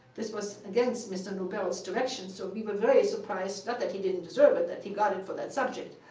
this was against mr. nobel's direction, so we were very surprised. not but that he didn't deserve it, that he got it for that subject.